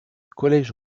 collège